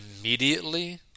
immediately